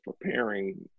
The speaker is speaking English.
preparing